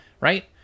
Right